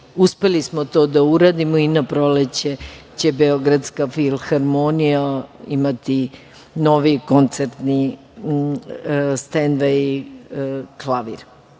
Uspeli smo to da uradimo i na proleće će Beogradska filharmonija imati noviji koncertni „stenvej“ klavir. Kažem,